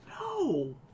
No